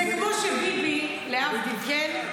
זה כמו שביבי, להבדיל, כן?